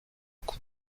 coût